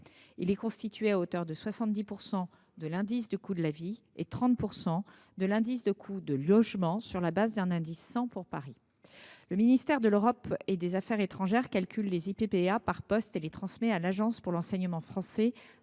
Il est constitué à hauteur de 70 % de l’indice de coût de la vie et de 30 % de l’indice de coût du logement, sur la base d’un indice 100 pour Paris. Le ministère de l’Europe et des affaires étrangères calcule les Ippa par poste et les transmet à l’Agence pour l’enseignement français à